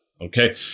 okay